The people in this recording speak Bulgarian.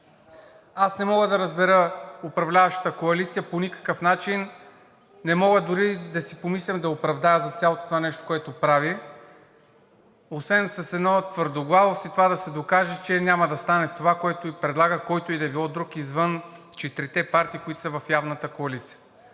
Не мога да разбера управляващата коалиция по никакъв начин, а и не мога дори да си помисля да я оправдая за цялото това нещо, което прави, освен с една твърдоглавост и това да се докаже, че няма да стане това, което и се предлага от който и да е било друг извън четирите партии, които са явната коалиция.